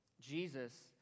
Jesus